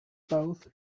both